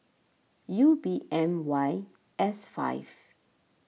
U B M Y S five